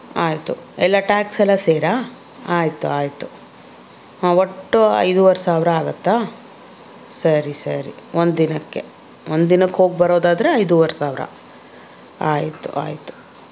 ಆಯಿತು ಎಲ್ಲ ಟ್ಯಾಕ್ಸೆಲ್ಲ ಸೇರಾ ಆಯಿತು ಆಯಿತು ಹಾಂ ಒಟ್ಟು ಐದುವರೆ ಸಾವಿರ ಆಗತ್ತಾ ಸರಿ ಸರಿ ಒಂದು ದಿನಕ್ಕೆ ಒಂದು ದಿನಕ್ಕೆ ಹೋಗ್ಬರೋದಾದ್ರೆ ಐದುವರೆ ಸಾವಿರ ಆಯಿತು ಆಯಿತು